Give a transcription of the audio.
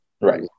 Right